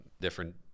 different